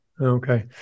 okay